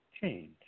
change